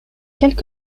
quelles